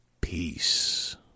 Peace